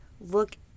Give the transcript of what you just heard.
look